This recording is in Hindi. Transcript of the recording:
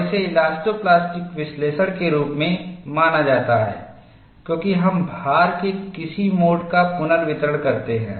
और इसे इलास्टो प्लास्टिक विश्लेषण के रूप में माना जाता है क्योंकि हम भार के किसी मोड का पुनर्वितरण करते हैं